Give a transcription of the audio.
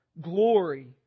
Glory